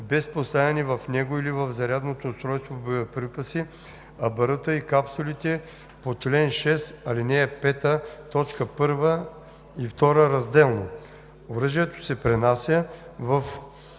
без поставени в него или в зарядното устройство боеприпаси, а барута и капсулите по чл. 6, ал. 5, т. 1 и 2 разделно. Оръжието се пренася в